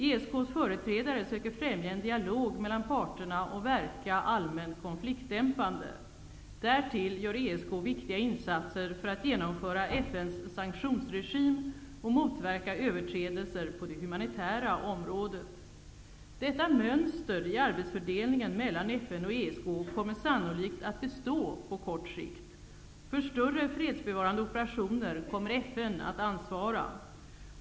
ESK:s företrädare söker främja en dialog mellan parterna och verka allmänt konfliktdämpande. Därtill gör ESK viktiga insatser för att genomföra FN:s sanktionsregim och motverka överträdelser på det humanitära området. Detta mönster i arbetsfördelningen mellan FN och ESK kommer sannolikt att bestå på kort sikt. För större fredsbevarande operationer kommer FN att ansvara.